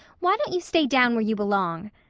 why don't you stay down where you belong?